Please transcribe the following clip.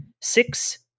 six